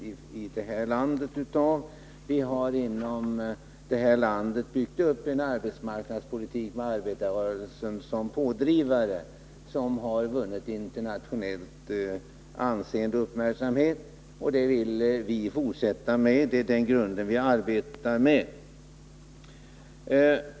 Vi har i vårt land, med arbetarrörelsen som pådrivare, byggt upp en arbetsmarknadspolitik som internationellt har vunnit anseende och uppmärksamhet, och på den grunden vill vi arbeta vidare.